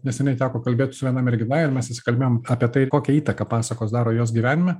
neseniai teko kalbėt su viena mergina ir mes įsikalbėjom apie tai kokią įtaką pasakos daro jos gyvenime